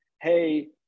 hey